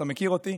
אתה מכיר אותי,